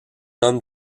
homme